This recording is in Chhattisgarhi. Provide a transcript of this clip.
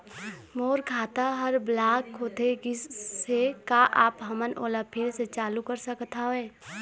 मोर खाता हर ब्लॉक होथे गिस हे, का आप हमन ओला फिर से चालू कर सकत हावे?